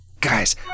Guys